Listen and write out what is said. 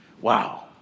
Wow